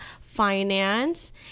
finance